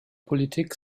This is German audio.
politik